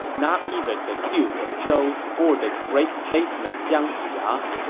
not even the duke of zhou or the great statesman jiang ziya.